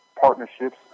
partnerships